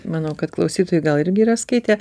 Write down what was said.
manau kad klausytojai gal irgi yra skaitę